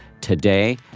today